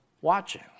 watching